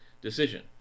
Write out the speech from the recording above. decision